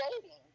dating